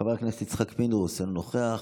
חבר הכנסת יצחק פינדרוס, אינו נוכח,